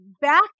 back